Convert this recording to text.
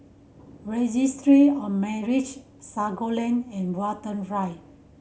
Registry of Marriage Sago Lane and Watten Drive